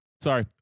Sorry